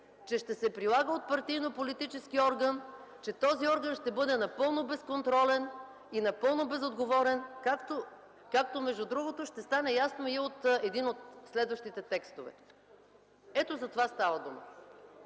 че ще се прилага от партийно-политически орган, че този орган ще бъде напълно безконтролен и напълно безотговорен, както между другото ще стане ясно и от един от следващите текстове. Ето за това става дума.